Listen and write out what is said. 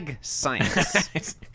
science